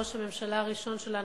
ראש הממשלה הראשון שלנו,